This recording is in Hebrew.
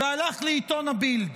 והלך לעיתון הבילד,